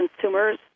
consumers